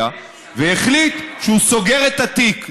והחליט שהוא סוגר את התיק.